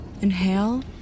Inhale